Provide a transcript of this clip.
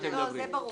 לא, זה ברור.